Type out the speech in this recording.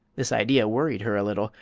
this idea worried her a little,